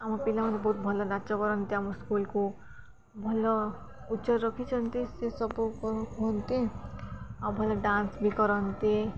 ଆମ ପିଲାଙ୍କୁ ବହୁତ ଭଲ ନାଚ କରନ୍ତି ଆମ ସ୍କୁଲ୍କୁ ଭଲ ଉଚ୍ଚରେ ରଖିଛନ୍ତି ସେ ସବୁ କ କୁହନ୍ତି ଆଉ ଭଲ ଡାନ୍ସ ବି କରନ୍ତି